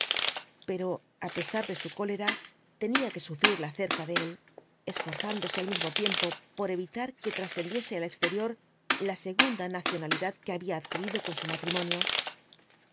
pero á pesar de su cólera tenía que sufrirla cerca de él esforzándose al mismo tiempo por evitar que trascendiese al exterior la segunda nacionalidad que había adquirido con su matrimonio